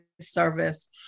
service